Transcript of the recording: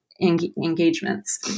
engagements